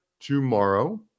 tomorrow